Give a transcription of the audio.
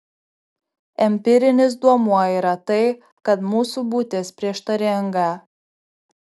empirinis duomuo yra tai kad mūsų būtis prieštaringa